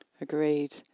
agreed